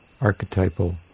Archetypal